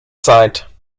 zeit